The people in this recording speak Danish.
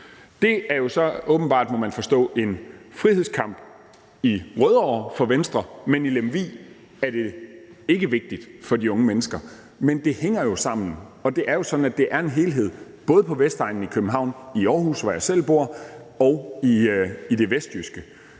Det er jo så åbenbart, må man forstå, en frihedskamp i Rødovre for Venstre, men i Lemvig er det ikke vigtigt for de unge mennesker. Men det hænger jo sammen med, og det er jo sådan, at det er en helhed – både på Vestegnen i København, i Aarhus, hvor jeg selv bor, og i det vestjyske.